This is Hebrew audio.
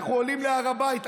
אנחנו עולים להר הבית.